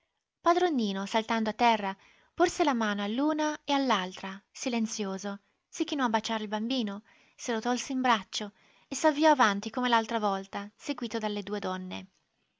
padron nino saltando a terra porse la mano all'una e all'altra silenzioso si chinò a baciare il bambino se lo tolse in braccio e s'avviò avanti come l'altra volta seguito dalle due donne